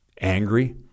angry